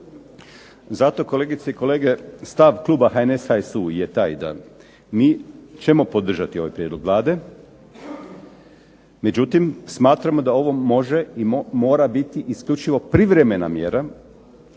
Zato kolegice i kolege, stav kluba HNS-a, HSU-a je taj da mi ćemo podržati ovaj prijedlog Vlade, međutim smatramo da može i mora ovo biti isključivo privremena mjera.